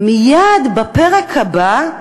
מייד בפרק הבא,